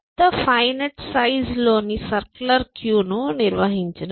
కొంత finite size లోని circular క్యూను నిర్వహించండం